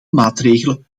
maatregelen